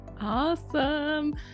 awesome